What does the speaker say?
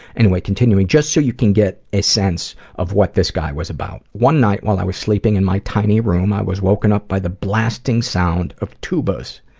anyway, continuing. just so you can get a sense of what this guy was about. one night while i was sleeping in my tiny room, i was woken up by the blasting sound of tubas.